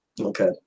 Okay